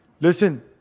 Listen